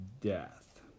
death